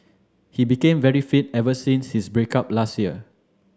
he became very fit ever since his break up last year